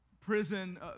prison